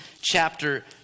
chapter